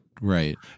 Right